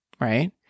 right